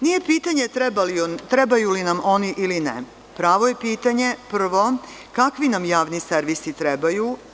Nije pitanje trebaju li nam oni ili ne, pravo je pitanje, kakvi nam javni servisi trebaju.